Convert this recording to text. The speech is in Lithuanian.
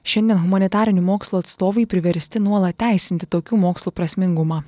šiandien humanitarinių mokslų atstovai priversti nuolat teisinti tokių mokslų prasmingumą